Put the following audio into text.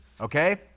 okay